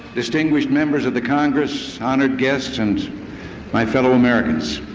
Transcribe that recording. distinguished members of the congress, honored guests and my fellow americans,